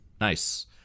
Nice